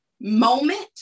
moment